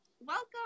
welcome